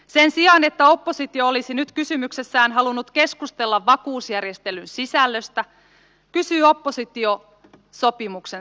sen sijaan että oppositio olisi nyt kysymyksessään halunnut keskustella vakuusjärjestelyn sisällöstä kysyy oppositio sopimuksen salaamisesta